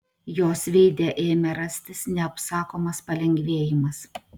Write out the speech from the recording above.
jos veide ėmė rastis neapsakomas palengvėjimas